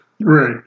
Right